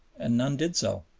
and none did so.